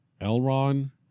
Elrond